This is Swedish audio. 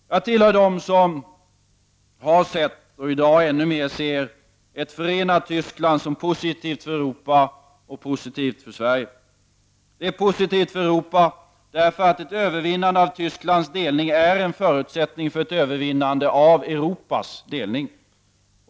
Jag tillhör dem som har sett och i dag ännu mer ser ett förenat Tyskland som positivt för Europa och positivt för Sverige. Det är positivt för Europa därför att ett övervinnande av Tysklands delning är en förutsättning för ett övervinnande av Europas delning.